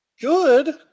good